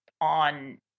on